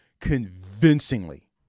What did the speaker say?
convincingly